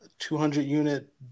200-unit